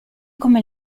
come